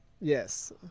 Yes